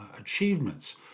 achievements